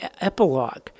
epilogue